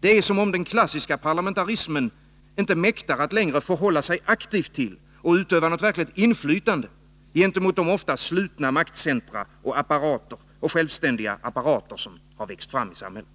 Det är som om den klassiska parlamentarismen inte mäktar att längre förhålla sig aktiv till och utöva något verkligt inflytande gentemot de ofta slutna maktcentra och självständiga apparater som har växt fram i samhället.